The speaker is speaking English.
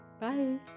bye